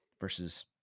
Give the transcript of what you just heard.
versus